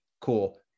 Cool